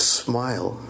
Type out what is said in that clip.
smile